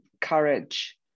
courage